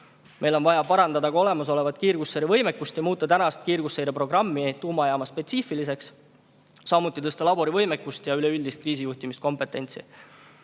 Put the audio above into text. Meil on vaja parandada ka olemasolevat kiirgusseire võimekust ja muuta kiirgusseireprogrammi tuumajaamaspetsiifiliseks, samuti tõsta laborivõimekust ja üleüldist kriisijuhtimise kompetentsi.